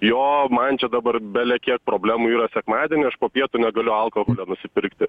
jo man čia dabar bele kiek problemų yra sekmadienį aš po pietų negaliu alkoholio nusipirti